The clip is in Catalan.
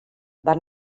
van